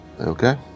Okay